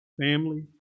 family